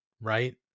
Right